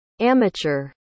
amateur